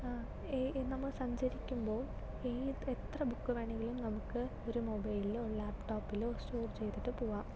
ഈ ഈ നമ്മൾ സഞ്ചരിക്കുമ്പോൾ എത്ര ബുക്ക് വേണമെങ്കിലും നമുക്ക് ഒരു മൊബൈലിലോ ലാപ്ടോപ്പിലോ സ്റ്റോർ ചെയ്തിട്ട് പോകാം